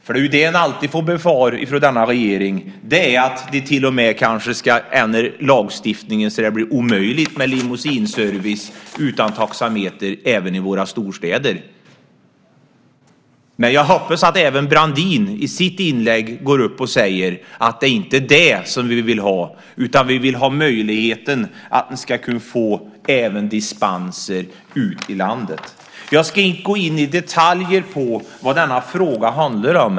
Det är ju det man alltid får befara från den här regeringen, till exempel att man kanske till och med ska ändra lagstiftningen så att det blir omöjligt med limousineservice utan taxameter även i våra storstäder. Men jag hoppas att även Brandin i sitt inlägg går upp och säger att det inte är det som vi vill ha. Vi vill ha möjligheten att man ska kunna få dispens även ute i landet. Jag ska inte gå in i detalj på vad denna fråga handlar om.